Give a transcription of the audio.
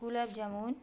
gulab jamun